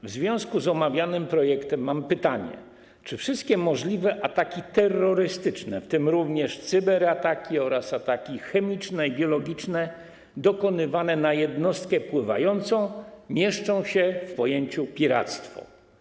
W związku z omawianym projektem mam pytanie: Czy wszystkie możliwe ataki terrorystyczne, w tym również cyberataki oraz ataki chemiczne i biologiczne, dokonywane na jednostkę pływającą mieszczą się w pojęciu „piractwo”